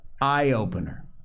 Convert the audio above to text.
Eye-opener